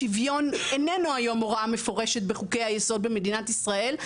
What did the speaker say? שוויון איננו היום הוראה מפורשת בחוקי היסוד במדינת ישראל,